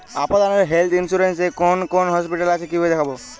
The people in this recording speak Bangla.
আপনাদের হেল্থ ইন্সুরেন্স এ কোন কোন হসপিটাল আছে কিভাবে দেখবো?